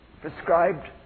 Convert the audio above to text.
prescribed